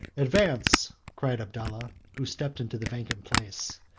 advance, cried abdallah, who stepped into the vacant place,